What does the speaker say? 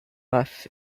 rough